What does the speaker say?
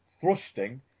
thrusting